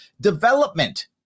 development